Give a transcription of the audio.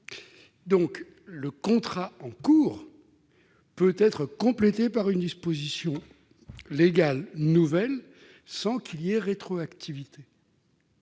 Donc le contrat en cours peut être complété par une disposition légale nouvelle sans qu'il y ait rétroactivité.